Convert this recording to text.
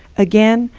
again,